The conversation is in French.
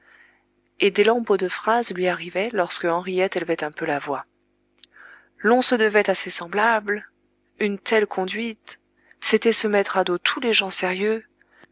et des lambeaux de phrases lui arrivaient lorsque henriette élevait un peu la voix l'on se devait à ses semblables une telle conduite c'était se mettre à dos tous les gens sérieux